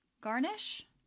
Garnish